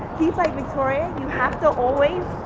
he's like victoria you have to always,